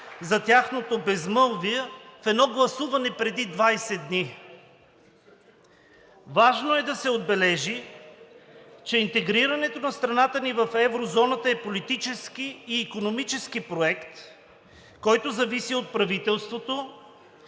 за тяхното безмълвие в едно гласуване преди 20 дни. Важно е да се отбележи, че интегрирането на страната ни в еврозоната е политически и икономически проект, който зависи от правителството,